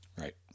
right